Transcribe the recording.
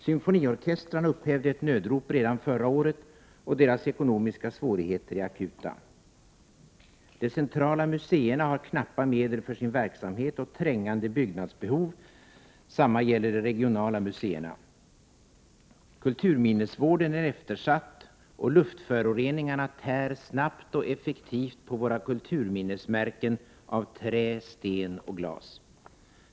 Symfoniorkestrarna upphävde ett nödrop redan förra året, och deras ekonomiska svårigheter är akuta. De centrala museerna har knappa medel för sin verksamhet och trängande byggnadsbehov. Samma gäller de regionala museerna. Kulturminnesvården är eftersatt och luftföroreningarna tär snabbt och effektivt på våra kulturminnesmärken av trä, sten och glas.